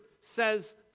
says